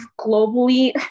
globally